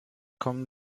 kommen